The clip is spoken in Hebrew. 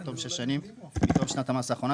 עד תום 6 שנים מתום שנת המס האחרונה